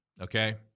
okay